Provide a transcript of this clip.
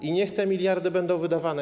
I niech te miliardy będą wydawane.